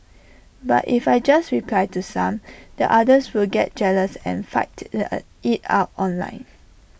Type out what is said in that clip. but if I just reply to some the others will get jealous and fight in A IT out online